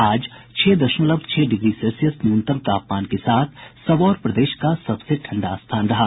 आज छह दशमलव छह डिगी सेल्सियस न्यूनतम तापमान के साथ सबौर प्रदेश का सबसे ठंडा स्थान रहा